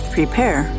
Prepare